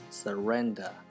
surrender